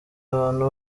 abantu